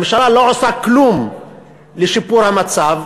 הממשלה לא עושה כלום לשיפור המצב,